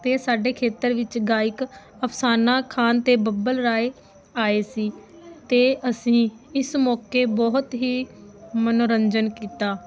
ਅਤੇ ਸਾਡੇ ਖੇਤਰ ਵਿੱਚ ਗਾਇਕ ਅਫਸਾਨਾ ਖਾਨ ਅਤੇ ਬੱਬਲ ਰਾਏ ਆਏ ਸੀ ਅਤੇ ਅਸੀਂ ਇਸ ਮੌਕੇ ਬਹੁਤ ਹੀ ਮਨੋਰੰਜਨ ਕੀਤਾ